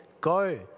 go